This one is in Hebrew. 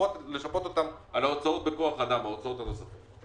ולשפות אותם על הוצאות בכוח אדם והוצאות נוספות.